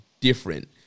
different